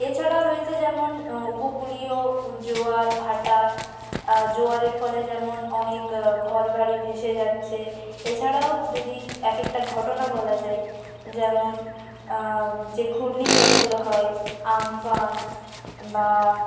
এছাড়া রয়েছে যেমন উপকূলীয় জোয়ার ভাটা জোয়ারের ফলে যেমন অনেক ঘরবাড়ি ভেসে যাচ্ছে এছাড়াও যদি এক একটা ঘটনা বলা যায় যেমন যে ঘূর্ণিঝড়গুলো হয় আমফান বা